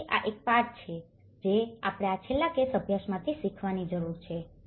તેથી આ એક પાઠ છે જે આપણે આ છેલ્લા કેસ અભ્યાસમાંથી શીખવાની જરૂર છે